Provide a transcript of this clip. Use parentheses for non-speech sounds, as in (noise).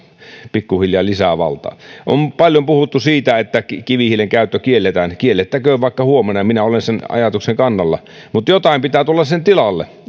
pikkuhiljaa lisävaltaa on paljon puhuttu siitä että kivihiilen käyttö kielletään kiellettäköön vaikka huomenna minä olen sen ajatuksen kannalla mutta jotain pitää tulla sen tilalle (unintelligible)